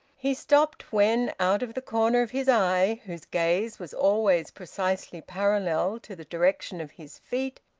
he stopped when, out of the corner of his eye, whose gaze was always precisely parallel to the direction of his feet,